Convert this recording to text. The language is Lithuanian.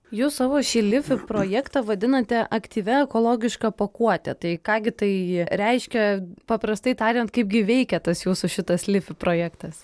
jūs savo šį lifi projektą vadinate aktyvia ekologiška pakuote tai ką gi tai reiškia paprastai tariant kaip gi veikia tas jūsų šitas lifi projektas